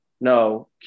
no